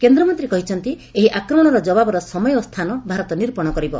କେନ୍ଦ୍ରମନ୍ତୀ କହିଛନ୍ତି ଏହି ଆକ୍ରମଣର ଜବାବର ସମୟ ଓ ସ୍ଥାନ ଭାରତ ନିର୍ଦ୍ଦେଶ କରିବ